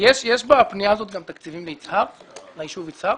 בפנייה הזאת יש גם תקציבים לישוב יצהר?